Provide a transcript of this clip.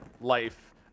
life